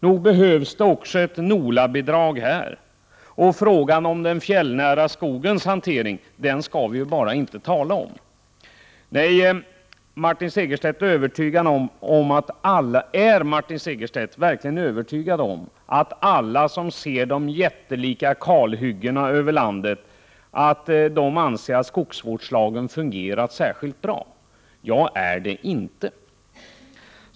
Nog behövs det också här ett NOLA-bidrag, och frågan om den fjällnära skogen skall vi inte tala om. Är Martin Segerstedt verkligen övertygad om att alla som ser de jättelika kalhyggena runt om i landet anser att skogsvårdslagen har fungerat särskilt bra? Jag är det inte.